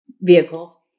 vehicles